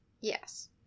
Yes